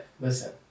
Listen